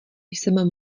jsem